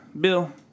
Bill